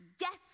yes